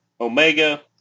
Omega